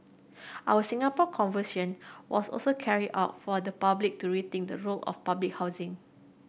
our Singapore Conversation was also carried out for the public to rethink the role of public housing